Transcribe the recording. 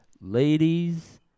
Ladies